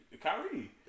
Kyrie